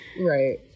right